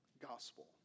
Gospel